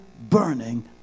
burning